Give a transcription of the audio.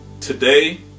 Today